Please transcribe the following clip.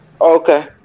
okay